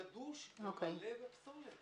גדוש ומלא בפסולת.